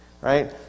right